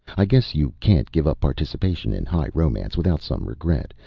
i guess you can't give up participation in high romance without some regret.